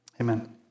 Amen